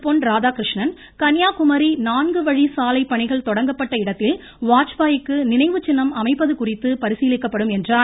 பொன் ராதாகிருஷ்ணன் கன்னியாகுமரி நான்குவழி சாலை பணிகள் தொடங்கப்பட்ட இடத்தில் வாஜ்பாய்க்கு நினைவுச் சின்னம் அமைப்பது குறித்து பரிசீலிக்கப்படும் என்றார்